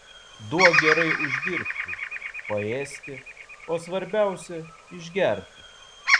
duok gerai uždirbti paėsti o svarbiausia išgerti